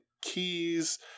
keys